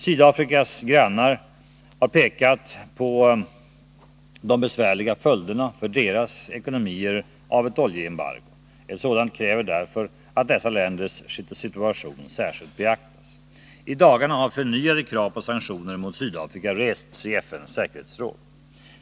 Sydafrikas grannar har pekat på de besvärliga följderna för deras ekonomier av ett oljeembargo. Ett sådant kräver därför att dessa länders situation särskilt beaktas. I dagarna har förnyade krav på sanktioner mot Sydafrika rests i FN:s säkerhetsråd.